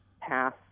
pass